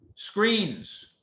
screens